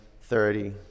thirty